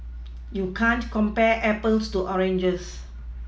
you can't compare Apples to oranges